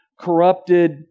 corrupted